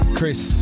Chris